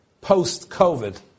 post-COVID